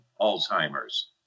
Alzheimer's